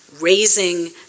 raising